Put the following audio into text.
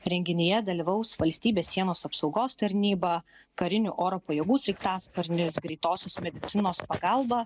renginyje dalyvaus valstybės sienos apsaugos tarnyba karinių oro pajėgų sraigtasparnis greitosios medicinos pagalba